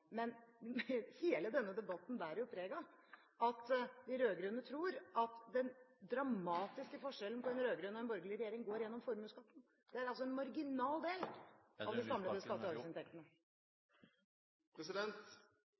Men hele denne debatten bærer jo preg av at de rød-grønne tror at den dramatiske forskjellen på en rød-grønn og en borgerlig regjering går gjennom formuesskatten. Det er altså en marginal del av de samlede skatte- og